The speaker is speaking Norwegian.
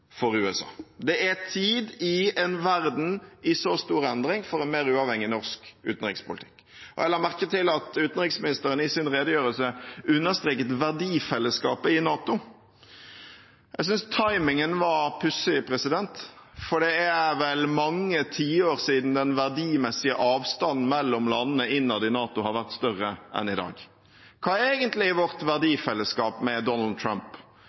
i en verden i så stor endring, tid for en mer uavhengig norsk utenrikspolitikk. Jeg la merke til at utenriksministeren i sin redegjørelse understreket verdifellesskapet i NATO. Jeg synes timingen var pussig, for det er vel mange tiår siden den verdimessige avstanden mellom landene innad i NATO har vært større enn i dag. Hva er egentlig vårt verdifellesskap med Donald Trump,